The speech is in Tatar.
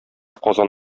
казан